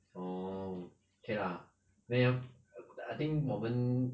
orh K lah 没有 then I think 我们